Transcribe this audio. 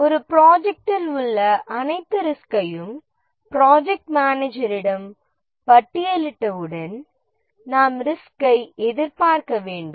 ஒரு ப்ரொஜெக்ட்ல் உள்ள அனைத்து ரிஸ்கையும் நாம் பட்டியலிட்டவுடன் ப்ராஜெக்ட் மேனேஜர் ரிஸ்கை எதிர்பார்க்க வேண்டும்